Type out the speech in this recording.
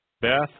Beth